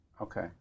Okay